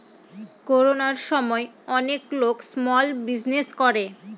করোনার সময় অনেক লোক স্মল বিজনেস করে